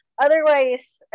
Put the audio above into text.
Otherwise